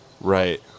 Right